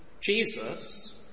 Jesus